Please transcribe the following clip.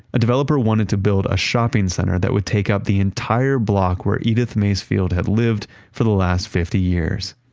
a developer wanted to build a shopping center that would take up the entire block where edith macefield have lived for the last fifty years.